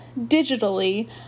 digitally